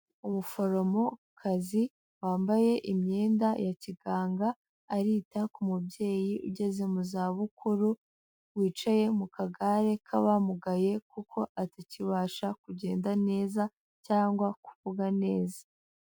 Umuforomokazi wambaye imyenda ya kiganga, arita ku mubyeyi ugeze mu zabukuru wicaye mu kagare k'abamugaye kuko atakibasha kugenda neza cyangwa kuvuga neza.